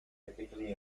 typically